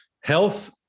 health